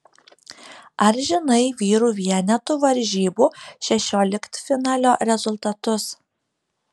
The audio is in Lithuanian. ar žinai vyrų vienetų varžybų šešioliktfinalio rezultatus